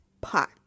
pot